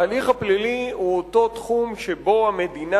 ההליך הפלילי הוא אותו תחום שבו המדינה